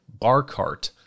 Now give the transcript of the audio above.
BARCART